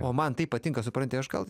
o man tai patinka supranti aš gal